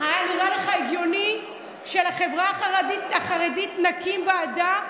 היה נראה לך הגיוני שלחברה החרדית נקים ועדה?